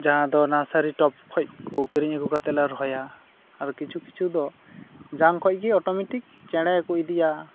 ᱡᱟᱦᱟ ᱫᱚ nursery top ᱠᱷᱚᱡ ᱠᱚ ᱠᱤᱨᱤᱧ ᱟᱹᱜᱩ ᱠᱟᱛᱮ ᱞᱮ ᱨᱚᱦᱚᱭᱟ ᱟᱨ ᱠᱤᱪᱷᱩ ᱠᱤᱪᱷᱩ ᱫᱚ ᱡᱟᱝ ᱠᱷᱚᱡ ᱜᱮ ᱚᱴᱳᱢᱮᱴᱤᱠ ᱪᱮᱬᱮ ᱠᱚ ᱤᱫᱤᱭᱟ